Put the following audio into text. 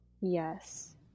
Yes